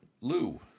Lou